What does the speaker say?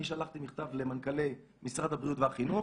אני שלחתי מכתב למנכ"לי משרד הבריאות והחינוך.